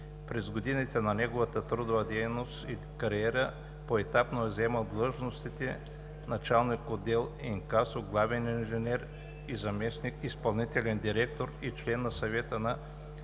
През годините на неговата трудова дейност и кариера поетапно е заемал длъжностите: началник-отдел „Инкасо“; главен инженер; заместник изпълнителен директор и член на Съвета на